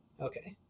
Okay